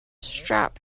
strap